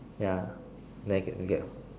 ya like g~ get